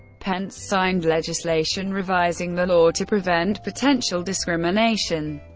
pence signed legislation revising the law to prevent potential discrimination.